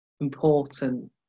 important